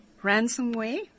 ransomware